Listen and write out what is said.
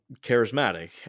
charismatic